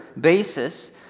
basis